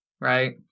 right